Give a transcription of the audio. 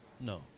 No